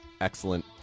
excellent